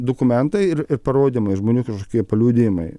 dokumentai ir ir parodymai žmonių kažkokie paliudijimai